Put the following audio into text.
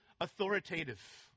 authoritative